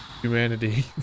humanity